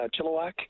Chilliwack